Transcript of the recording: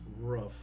rough